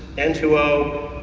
n two o.